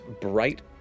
bright